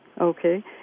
Okay